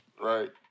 right